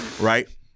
right